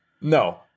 No